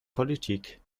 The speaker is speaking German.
politik